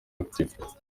active